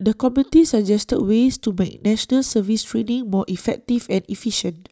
the committee suggested ways to make National Service training more effective and efficient